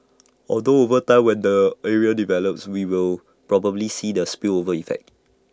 although over time when the area develops we will probably see the spillover effect